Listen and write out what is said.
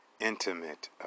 intimate